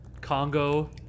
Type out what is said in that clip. Congo